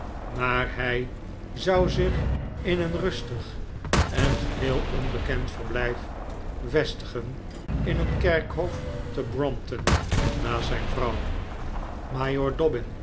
maar hij zou zich in een rustig en geheel onbekend verblijf vestigen in een kerkhof te brompton naast zijn vrouw majoor dobbin